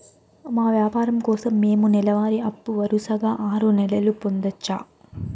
మా వ్యాపారం కోసం మేము నెల వారి అప్పు వరుసగా ఆరు నెలలు పొందొచ్చా?